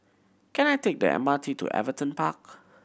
can I take the M R T to Everton Park